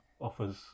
offers